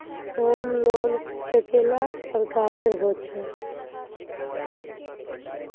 Home loan कतेला प्रकारेर होचे?